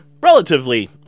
relatively